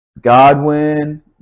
Godwin